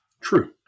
True